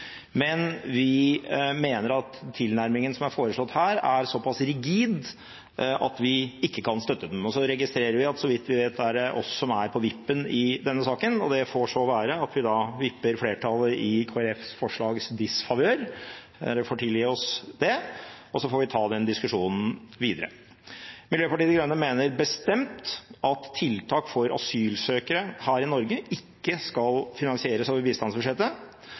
men vi mener at tilnærmingen som er foreslått her, er såpass rigid at vi ikke kan støtte den. Vi registrerer at så vidt vi vet, er det vi som er på vippen i denne saken, og det får så være at vi da vipper flertallet i Kristelig Folkepartis forslags disfavør. De får tilgi oss det, og så får vi ta den diskusjonen videre. Miljøpartiet De Grønne mener bestemt at tiltak for asylsøkere her i Norge ikke skal finansieres over bistandsbudsjettet,